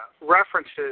references